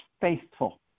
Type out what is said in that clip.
faithful